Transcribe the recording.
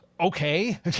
Okay